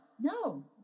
no